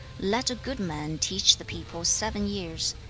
let a good man teach the people seven years,